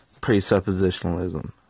presuppositionalism